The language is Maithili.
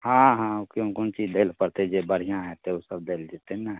हँ हँ केओ कोन चीज दे लऽ पड़तै जे बढ़िआँ होएतै ओ सभ देल जेतै ने